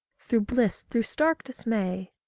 through bliss, through stark dismay,